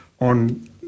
on